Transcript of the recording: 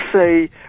say